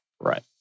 right